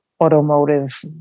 automotive